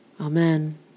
Amen